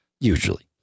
usually